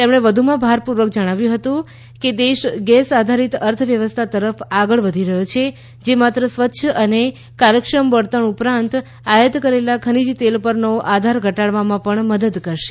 તેમણે ભારપૂર્વક જણાવ્યું હતું કે દેશ ગેસ આધારિતઅર્થવ્યવસ્થા તરફ આગળ વધી રહ્યો છે જે માત્ર સ્વચ્છ અને કાર્યક્ષમ બળતણ ઉપરાંત આયાત કરેલા ખનીજ તેલ પરનો આધાર ઘટાડવામાં પણ મદદ કરશે